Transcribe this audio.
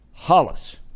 Hollis